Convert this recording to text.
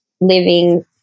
living